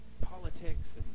politics